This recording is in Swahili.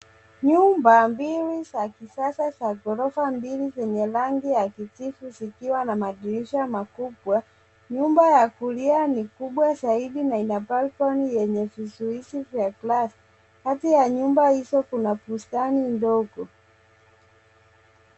Nyumba mbili za kisasa za ghorofa mbili zenye rangi ya kijivu zikiwa na madirisha makubwa, nyumba ya kulia ni kubwa zaidi na ina balcony yenye vizuizi vya glasi. Kati ya nyumba hizo kuna bustani ndogo.